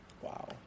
Wow